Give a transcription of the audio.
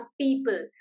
people